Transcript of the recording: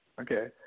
Okay